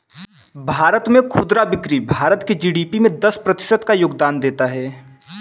भारत में खुदरा बिक्री भारत के जी.डी.पी में दस प्रतिशत का योगदान देता है